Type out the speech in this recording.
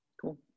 Cool